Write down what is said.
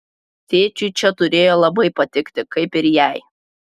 tėčiui čia turėjo labai patikti kaip ir jai